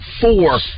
four